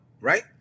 right